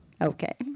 Okay